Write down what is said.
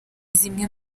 zimwe